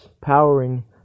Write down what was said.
powering